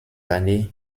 années